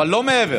אבל לא מעבר.